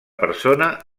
persona